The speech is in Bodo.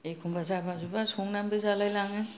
एखनबा जाबा जुबा संनानैबो जालायलाङो